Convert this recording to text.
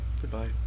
Goodbye